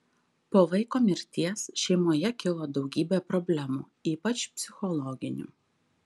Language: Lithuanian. po vaiko mirties šeimoje kilo daugybė problemų ypač psichologinių